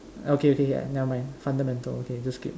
okay okay K never mind fundamental okay just skip